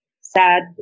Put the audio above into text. sad